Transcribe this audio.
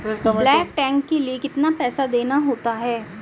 Bulk tank के लिए कितना पैसा देना होता है?